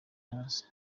hasi